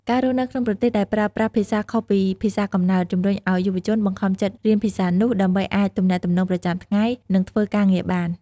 ការរស់នៅក្នុងប្រទេសដែលប្រើប្រាស់ភាសាខុសពីភាសាកំណើត ជំរុញឱ្យយុវជនបង្ខំចិត្តរៀនភាសានោះ ដើម្បីអាចទំនាក់ទំនងប្រចាំថ្ងៃ និងធ្វើការងារបាន។